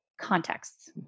contexts